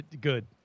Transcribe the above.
good